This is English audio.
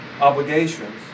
obligations